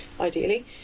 ideally